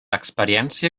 experiència